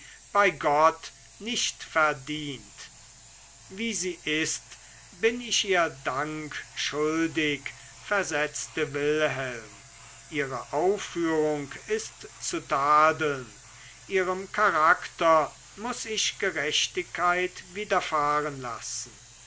bei gott nicht verdient wie sie ist bin ich ihr dank schuldig versetzte wilhelm ihre aufführung ist zu tadeln ihrem charakter muß ich gerechtigkeit widerfahren lassen